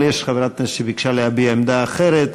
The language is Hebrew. אבל יש חברת כנסת שביקשה להביע עמדה אחרת,